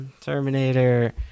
Terminator